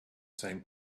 same